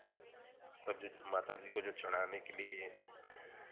सब माता जी को जो चढ़ाने के लिए